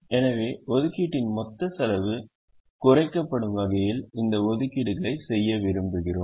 எனவே ஒதுக்கீட்டின் மொத்த செலவு குறைக்கப்படும் வகையில் இந்த ஒதுக்கீடுகளை செய்ய விரும்புகிறோம்